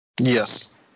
Yes